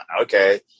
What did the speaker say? okay